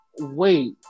Wait